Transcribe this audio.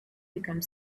become